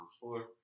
four